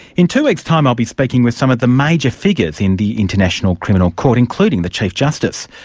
in two weeks time i will be speaking with some of the major figures in the international criminal court, including the chief justice.